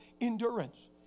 endurance